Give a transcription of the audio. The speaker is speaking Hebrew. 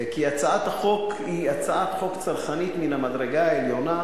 כי הצעת החוק היא הצעת חוק צרכנית מן המדרגה העליונה,